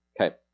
Okay